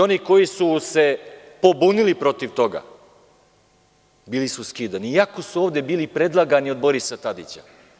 Oni koji su se pobunili protiv toga bili su skidani, iako su ovde bili predlagani od strane Borisa Tadića.